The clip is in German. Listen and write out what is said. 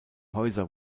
häuser